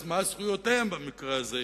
אז מה זכויותיהם במקרה הזה,